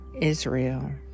Israel